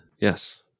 Yes